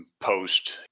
post